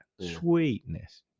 Sweetness